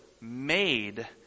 made